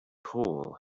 hole